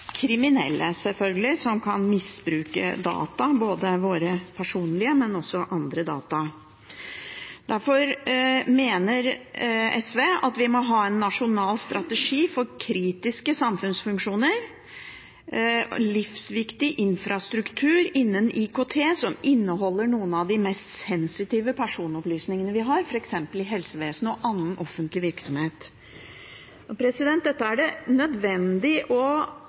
kriminelle, sjølsagt, som kan misbruke data – våre personlige, men også andre data. Derfor mener SV at vi må ha en nasjonal strategi for kritiske samfunnsfunksjoner, livsviktig infrastruktur innen IKT som inneholder noen av de mest sensitive personopplysningene vi har, f.eks. i helsevesenet og annen offentlig virksomhet. Dette er det nødvendig å